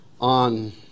on